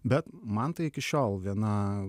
bet man tai iki šiol viena